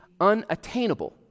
unattainable